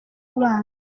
abana